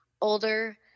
older